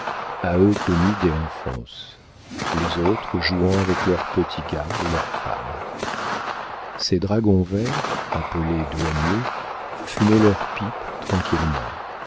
à eux connue dès l'enfance les autres jouant avec leurs petits gars et leurs femmes ces dragons verts appelés douaniers fumaient leurs pipes tranquillement